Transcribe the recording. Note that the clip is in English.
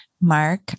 Mark